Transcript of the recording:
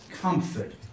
comfort